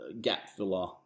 gap-filler